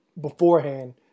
beforehand